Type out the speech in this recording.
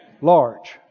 Large